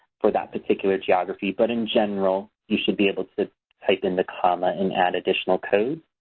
for that particular geography. but in general, you should be able to type in the comment and add additional codes.